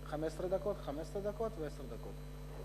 15 דקות, 15 דקות ועשר דקות.